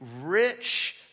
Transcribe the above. rich